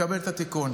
מקבל את התיקון.